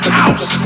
house